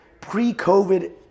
pre-COVID